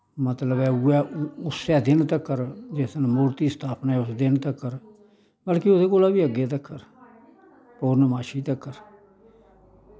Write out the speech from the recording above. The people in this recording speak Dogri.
मतलब ऐ उ'ऐ उस्सै दिन तक्कर जिस दिन मूर्ती स्थापना ऐ उस दिन तक्कर मतलब कि एह्दे कोला बी अग्गे तक्कर पूर्णमाशी तक्कर